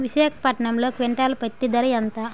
విశాఖపట్నంలో క్వింటాల్ పత్తి ధర ఎంత?